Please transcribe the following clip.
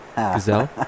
Gazelle